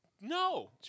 No